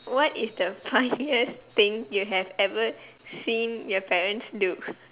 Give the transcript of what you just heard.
what is the funniest thing you have ever seen your parents do